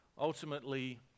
Ultimately